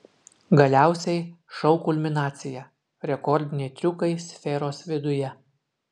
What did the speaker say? galiausiai šou kulminacija rekordiniai triukai sferos viduje